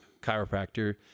chiropractor